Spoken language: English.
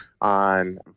on